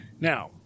Now